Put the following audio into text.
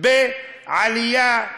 בעלייה מטאורית.